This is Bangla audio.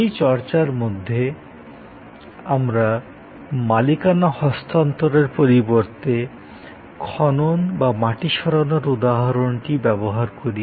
সেই চর্চার মধ্যে আমরা মালিকানা হস্তান্তরের পরিবর্তে খনন বা মাটি সরানোর উদাহরণটি ব্যবহার করি